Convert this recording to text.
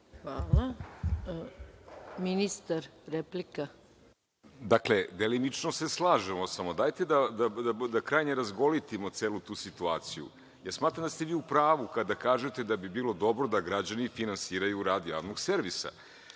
**Vladan Vukosavljević** Dakle, delimično se slažemo, samo dajete da krajnje razgolitimo celu tu situaciju, jer smatram da ste vi upravu kada kažete da bi bilo dobro da građani finansiraju rad javnog servisa.